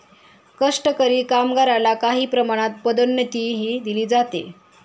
कष्टकरी कामगारला काही प्रमाणात पदोन्नतीही दिली जाते